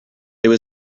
there